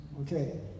Okay